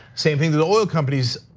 same thing to the oil companies,